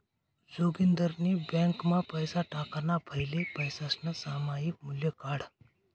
जोगिंदरनी ब्यांकमा पैसा टाकाणा फैले पैसासनं सामायिक मूल्य काढं